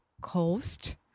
coast